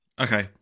Okay